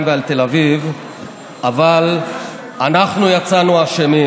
ועל תל אביב אבל אנחנו יצאנו אשמים,